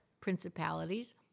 principalities